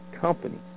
company